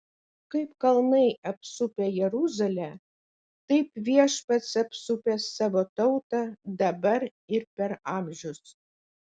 kaip kalnai apsupę jeruzalę taip viešpats apsupęs savo tautą dabar ir per amžius